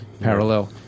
parallel